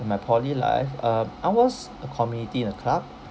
in my poly life uh I was a committee in a club